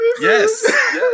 yes